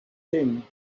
king